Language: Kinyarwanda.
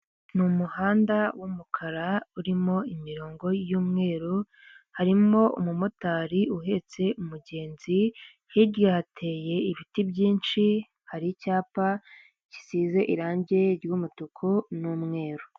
Ni umuhanda w'umukara urimo imirongo y'umweru, harimo umumotari uhetse umugenzi, hirya hateye ibiti byinshi, hari icyapa gisize irangi ry'umutuku n'umweru.